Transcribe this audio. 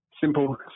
Simple